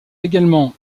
également